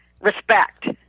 Respect